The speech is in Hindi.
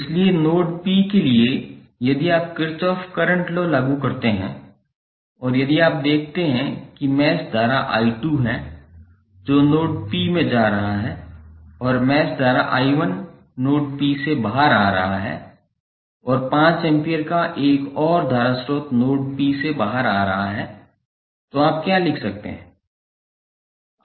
इसलिए नोड P के लिए यदि आप किरचॉफ करंट लॉ लागू करते हैं और यदि आप देखते हैं कि मैश धारा 𝑖2 है जो नोड P में जा रहा है और मैश धारा 𝑖1 नोड P से बाहर आ रहा है और 5 एम्पीयर का एक और धारा स्रोत नोड P से बाहर आ रहा है तो आप क्या लिख सकते हैं